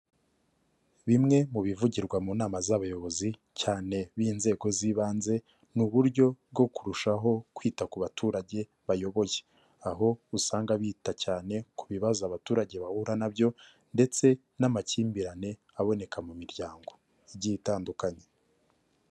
Bimwe mu bivugirwa mu nama z'abayobozi, cyane b'inzego z'ibanze, ni uburyo bwo kurushaho kwita ku baturage bayoboye. Aho usanga bita cyane ku bibazo abaturage bahura nabyo, ndetse n'amakimbirane aboneka mu miryango, igiye itandukanye.